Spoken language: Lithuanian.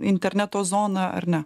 interneto zoną ar ne